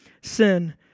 sin